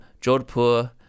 Jodhpur